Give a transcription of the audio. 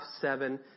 seven